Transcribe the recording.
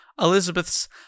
Elizabeth's